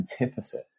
antithesis